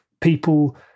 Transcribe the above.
people